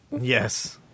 Yes